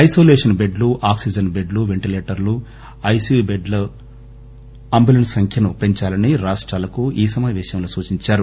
isolation బెడ్లు oxygen బెడ్లు పెంటిలేటర్లను ఐసియు బెడ్లను అంబులెస్పీల సంఖ్యను పెంచాలని రాష్టాలకు ఈ సమాపేశంలో సూచించారు